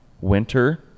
winter